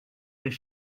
deux